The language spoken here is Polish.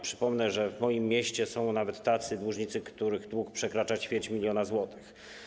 Przypomnę, że w moim mieście są nawet tacy dłużnicy, których dług przekracza ćwierć miliona złotych.